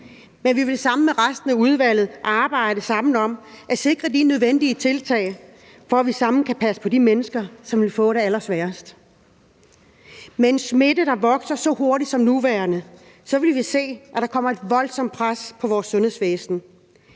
men vi vil sammen med resten af udvalget arbejde sammen om at sikre de nødvendige tiltag for, at vi sammen kan passe på de mennesker, som vil få det allersværest. Med en smitte, der vokser så hurtigt som den nuværende, vil vi se, at der kommer et voldsomt pres på vores sundhedsvæsen.